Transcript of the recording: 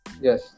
Yes